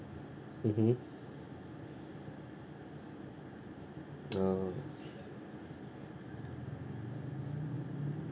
mmhmm orh